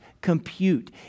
compute